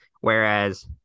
Whereas